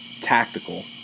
tactical